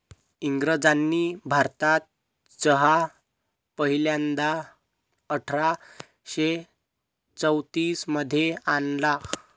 इंग्रजांनी भारतात चहा पहिल्यांदा अठरा शे चौतीस मध्ये आणला